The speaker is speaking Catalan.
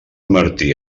martí